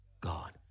God